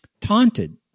taunted